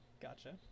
Gotcha